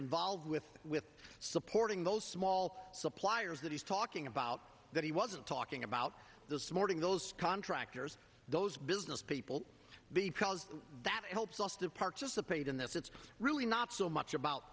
involved with with supporting those small suppliers that he's talking about that he wasn't talking about this morning those contractors those business people because that helps us to participate in this it's really not so much about